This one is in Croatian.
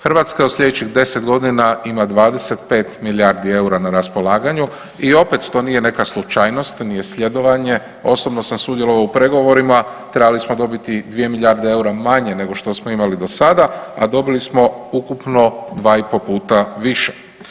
Hrvatska u sljedećih 10 godina ima 25 milijardi eura na raspolaganju, i opet to nije neka slučajnost, to nije sljedovanje, osobno sam sudjelovao u pregovorima, trebali smo dobiti 2 milijarde manje nego što smo imali do sada, a dobili smo ukupno 2 i po puta više.